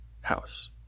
house